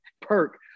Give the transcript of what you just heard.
perk